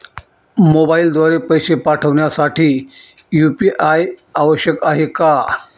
मोबाईलद्वारे पैसे पाठवण्यासाठी यू.पी.आय आवश्यक आहे का?